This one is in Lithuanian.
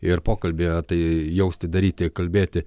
ir pokalbyje tai jausti daryti kalbėti